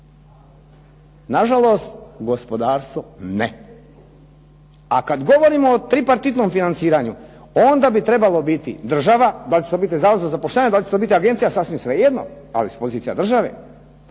Nažalost, gospodarstvo ne. A kad govorimo o tripartitnom financiranju onda bi trebalo biti država, da li će to biti zavod za zapošljavanje, da li će to biti agencija sasvim svejedno ali s pozicija države.